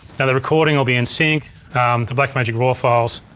now the recording will be in sync to blackmagic raw files,